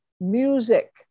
music